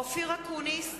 אופיר אקוניס,